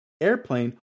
Airplane